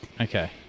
Okay